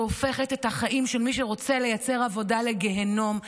שהופכת את החיים של מי שרוצה לייצר עבודה לגיהינום.